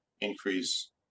increase